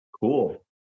Cool